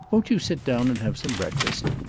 won't you sit down and have some breakfast?